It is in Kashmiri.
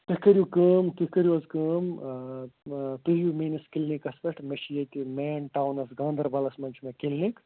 تُہۍ کٔرِو کٲم تُہۍ کٔرِو حظ کٲم تُہۍ یِیِو میٛٲنِس کِلنِکَس پٮ۪ٹھ مےٚ چھِ ییٚتہِ مین ٹاونَس گانٛدربَلَس منٛز چھِ مےٚ کِلنِک